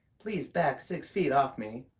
please back six feet off me.